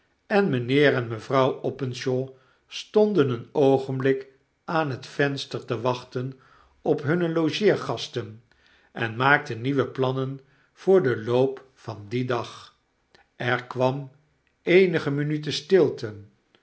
en mijnheer en mevrouw openshaw stonden een oogenblik aan het venster te wachten op hunne logeergasten en maakten nieuwe plannen voor den loop van dien dag er kwam eenige minuten stilte